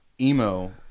Emo